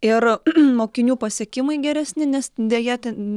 ir mokinių pasiekimai geresni nes deja ten